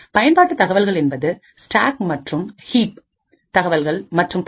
பயன்பாட்டு தகவல்கள் என்பதுஸ்டாக் மற்றும் கிஇப் தகவல்கள் மற்றும் பல